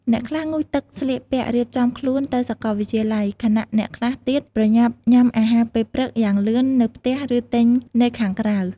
អ្នកខ្លះងូតទឹកស្លៀកពាក់ រៀបចំខ្លួនទៅសាកលវិទ្យាល័យ ខណៈអ្នកខ្លះទៀតប្រញាប់ញ៉ាំអាហារពេលព្រឹកយ៉ាងលឿននៅផ្ទះ ឬទិញនៅខាងក្រៅ។